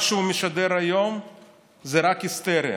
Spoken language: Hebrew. מה שהוא משדר היום זה רק היסטריה.